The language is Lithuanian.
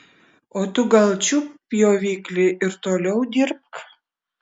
o tu gal čiupk pjoviklį ir toliau dirbk